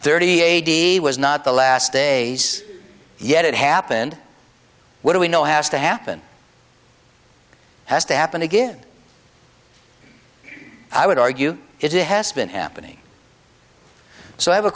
eight was not the last days yet it happened what do we know has to happen has to happen again i would argue it has been happening so i have a